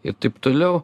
ir taip toliau